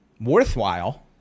worthwhile